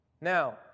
Now